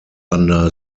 under